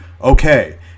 okay